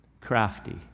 Crafty